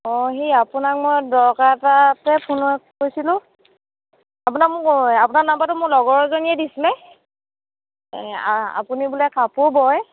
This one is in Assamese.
অঁ সেই আপোনাক মই দৰকাৰ এটাতে ফোন কৰিছিলোঁ আপোনাক মই আপোনাৰ নাম্বাৰটো মোৰ লগৰ এজনীয়ে দিছিলে আপুনি বোলে কাপোৰ বয়